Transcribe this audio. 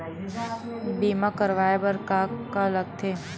बीमा करवाय बर का का लगथे?